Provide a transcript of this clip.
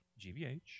GBH